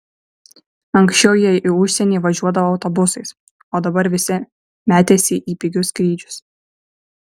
anksčiau jie į užsienį važiuodavo autobusais o dabar visi metėsi į pigius skrydžius